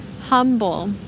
humble